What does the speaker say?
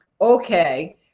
okay